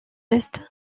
est